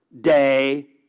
day